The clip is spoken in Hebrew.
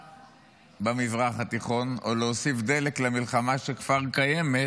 במזרח התיכון או להוסיף דלק למלחמה שכבר קיימת,